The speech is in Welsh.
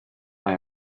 mae